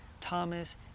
Thomas